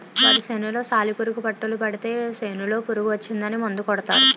వరి సేనులో సాలిపురుగు పట్టులు పడితే సేనులో పురుగు వచ్చిందని మందు కొడతారు